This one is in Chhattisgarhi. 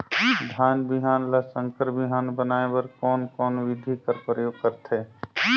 धान बिहान ल संकर बिहान बनाय बर कोन कोन बिधी कर प्रयोग करथे?